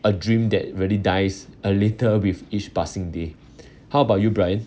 a dream that really dies a little with each passing day how about you brian